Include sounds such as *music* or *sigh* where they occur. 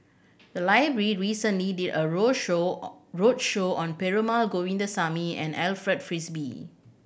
the library recently did a roadshow *unintelligible* roadshow on Perumal Govindaswamy and Alfred Frisby